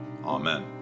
Amen